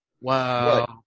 wow